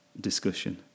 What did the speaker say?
discussion